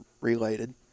related